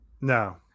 no